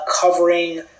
covering